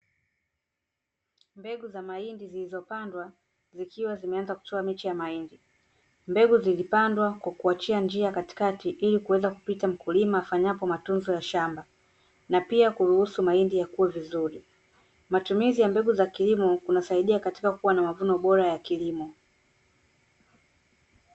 Mbegu za mahindi zilizopandwa, zikiwa zimeanza kutoa miche ya mahindi. Mbegu zilipandwa kwa kuachia njia katikati ili kuweza kupita mkulima afanyapo matunzo ya shamba, na pia kuruhusu mahindi yakue vizuri. Matumizi ya mbegu za kilimo, kunasaidia katika kuwa na mavuno bora ya kilimo